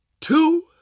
two